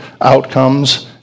Outcomes